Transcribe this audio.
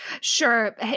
sure